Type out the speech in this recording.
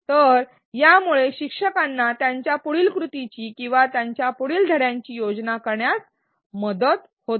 तर यामुळे शिक्षकांना त्यांच्या पुढील कृतीची किंवा त्यांच्या पुढील धड्यांची योजना करण्यास मदत होते